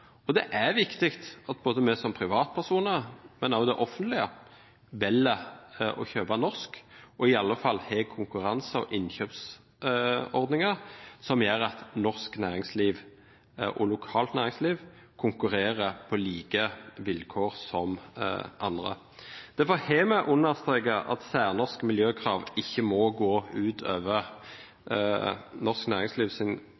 og det er viktig at både vi som privatpersoner og det offentlige velger å kjøpe norsk, og i hvert fall har konkurranser og innkjøpsordninger som gjør at norsk og lokalt næringsliv konkurrerer på like vilkår som andre. Derfor har vi understreket at særnorske miljøkrav ikke må gå ut